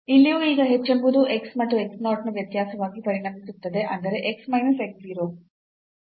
ಇಲ್ಲಿಯೂ ಈಗ h ಎಂಬುದು x ಮತ್ತು x 0 ನ ವ್ಯತ್ಯಾಸವಾಗಿ ಪರಿಣಮಿಸುತ್ತದೆ ಅಂದರೆ x ಮೈನಸ್ x 0